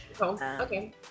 okay